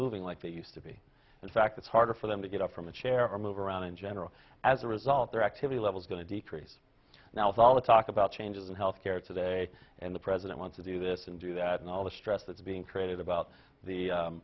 moving like they used to be in fact it's harder for them to get up from a chair or move around in general as a result their activity levels going to decrease now it's all the talk about changes in health care today and the president wants to do this and do that and all the stress that's being created about the